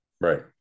Right